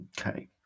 okay